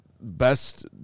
best